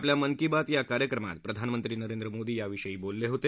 आपल्या मन की बात या कार्यक्रमात प्रधानमंत्री नरेंद्र मोदी याविषयी बोलले होते